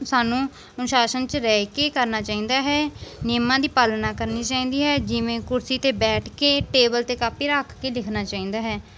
ਸਾਨੂੰ ਅਨੁਸ਼ਾਸਨ 'ਚ ਰਹਿ ਕੇ ਕਰਨਾ ਚਾਹੀਦਾ ਹੈ ਨਿਯਮਾਂ ਦੀ ਪਾਲਣਾ ਕਰਨੀ ਚਾਹੀਦੀ ਹੈ ਜਿਵੇਂ ਕੁਰਸੀ 'ਤੇ ਬੈਠ ਕੇ ਟੇਬਲ 'ਤੇ ਕਾਪੀ ਰੱਖ ਕੇ ਲਿਖਣਾ ਚਾਹੀਦਾ ਹੈ